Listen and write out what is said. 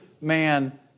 man